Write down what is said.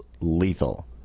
lethal